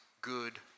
good